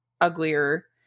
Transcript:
uglier